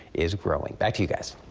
is growing. back to you guys.